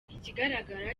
ikigaragara